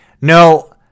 No